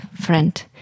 friend